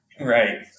Right